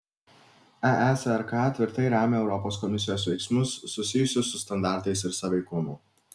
eesrk tvirtai remia europos komisijos veiksmus susijusius su standartais ir sąveikumu